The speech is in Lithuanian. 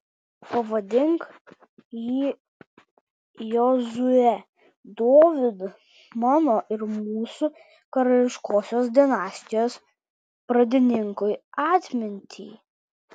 pavadink jį jozue dovydu mano ir mūsų karališkosios dinastijos pradininkui atminti